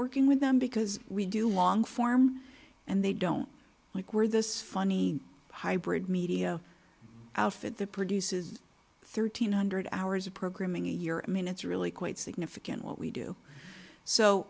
working with them because we do long form and they don't like we're this funny hybrid media outfit that produces thirteen hundred hours of programming a year i mean it's really quite significant what we do so